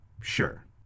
sure